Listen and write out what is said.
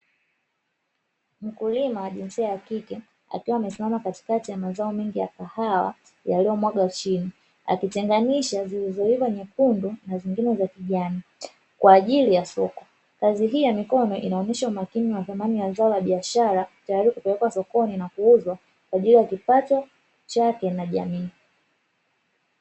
Mkulima wa jinsia ya kike akiwa amesimama katikati ya mazao mengi ya kahawa yaliyomwagwa chini, akitengenisha zilizoiva nyekundu na zingine za kijani kwa ajili ya soko. Kazi hii ya mikono inaonyesha umakini wa thamani wa zao la biashara tayari kwa kupelekwa sokoni na kuuzwa kwa ajili ya kipato chake na jamii.